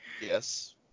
Yes